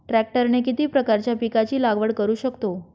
ट्रॅक्टरने किती प्रकारच्या पिकाची लागवड करु शकतो?